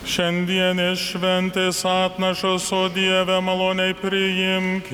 šiandienės šventės apnašas o dieve maloniai priimk